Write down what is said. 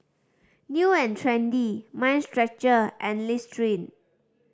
New and Trendy Mind Stretcher and Listerine